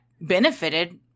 benefited